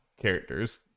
characters